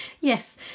Yes